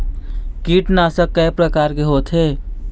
कीटनाशक कय प्रकार के होथे?